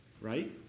Right